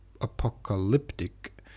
apocalyptic